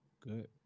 Good